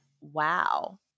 wow